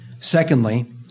Secondly